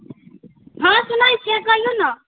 हँ सुनै छियै कहु ने